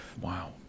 Wow